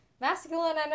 masculine